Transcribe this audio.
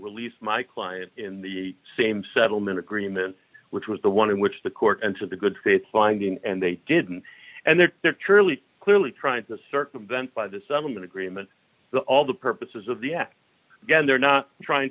release my client in the same settlement agreement which was the one in which the court and to the good faith finding and they didn't and there they're truly clearly trying to circumvent by the settlement agreement to all the purposes of the again they're not trying